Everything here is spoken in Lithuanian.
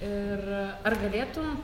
ir ar galėtum